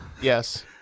Yes